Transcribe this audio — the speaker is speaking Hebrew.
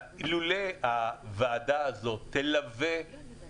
בנק ישראל יצא בהנחיות כבר ב-2015,